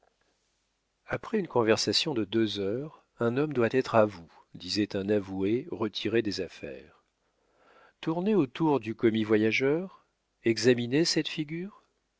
après une conversation de deux heures un homme doit être à vous disait un avoué retiré des affaires tournez autour du commis-voyageur examinez cette figure